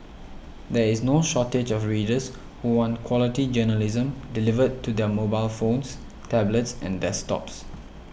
there is no shortage of readers who want quality journalism delivered to their mobile phones tablets and desktops